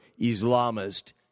Islamist